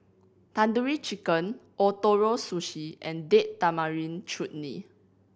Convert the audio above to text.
Tandoori Chicken Ootoro Sushi and Date Tamarind Chutney